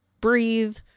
breathe